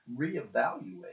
reevaluate